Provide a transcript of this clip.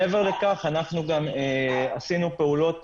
מעבר לכך עשינו פעולות